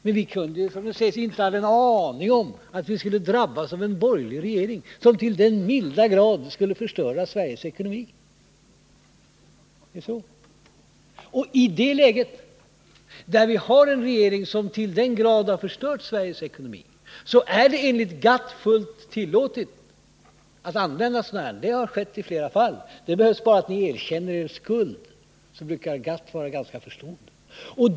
Men vi kunde juinte ha en aning om att vi skulle drabbas av en borgerlig regering, som så till den milda grad skulle förstöra Sveriges ekonomi. I ett läge, där vi har en regering som till den grad har förstört Sveriges ekonomi, är det enligt GATT fullt tillåtet att använda sådana här metoder. Så har skett i flera fall. Bara ni erkänner er skuld, brukar GATT vara ganska förstående.